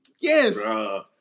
Yes